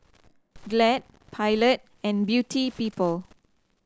Glad Pilot and Beauty People